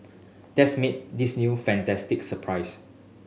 that's made this new a fantastic surprise